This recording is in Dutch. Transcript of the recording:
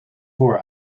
voor